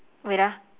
wait ah